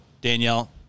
Danielle